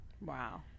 Wow